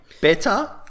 better